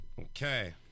Okay